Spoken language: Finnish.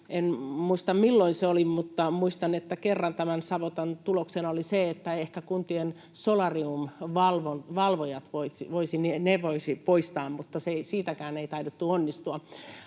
En muista milloin se oli, mutta muistan, että kerran tämän savotan tuloksena oli se, että ehkä kuntien solarium-valvojat voisi poistaa, mutta siinäkään ei taidettu onnistua.